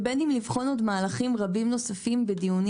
ובין אם לבחון עוד מהלכים רבים נוספים בדיונים